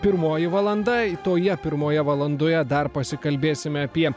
pirmoji valanda toje pirmoje valandoje dar pasikalbėsime apie